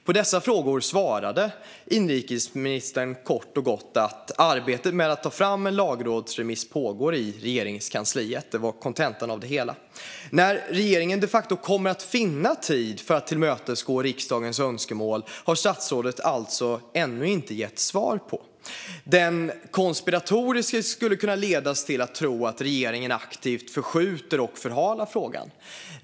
På dessa frågor svarade inrikesministern kort och gott att arbetet med att ta fram en lagrådsremiss pågår i Regeringskansliet. Det var kontentan av det hela. När regeringen de facto kommer att finna tid att tillmötesgå riksdagens önskemål har statsrådet alltså ännu inte gett svar på. Den konspiratoriskt lagde skulle kunna ledas att tro att regeringen aktivt förskjuter och förhalar frågan.